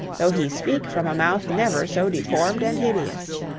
though he speak from a mouth never so deformed and hideous.